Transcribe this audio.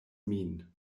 min